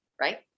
Right